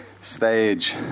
stage